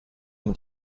mit